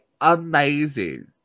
amazing